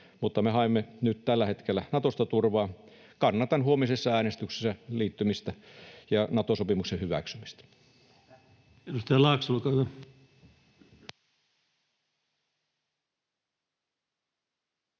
mutta me haemme nyt tällä hetkellä Natosta turvaa. Kannatan huomisessa äänestyksessä liittymistä ja Nato-sopimuksen hyväksymistä.